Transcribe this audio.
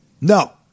No